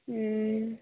हूँ